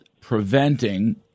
preventing